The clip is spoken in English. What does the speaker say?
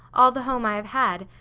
all the home i have had,